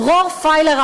דרור פיילר,